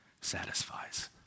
satisfies